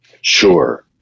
Sure